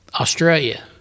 Australia